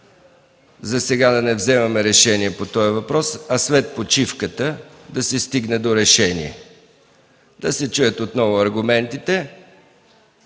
засега да не взимаме решение по този въпрос, а след почивката да се стигне до решение. Нека да се чуят още веднъж аргументите,